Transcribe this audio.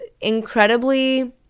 incredibly